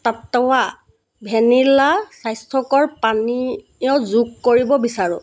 Tattva vanilla স্বাস্থ্যকৰ পানীয় যোগ কৰিব বিচাৰো